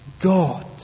God